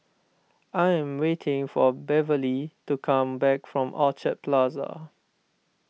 I am waiting for Beverley to come back from Orchard Plaza